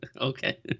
Okay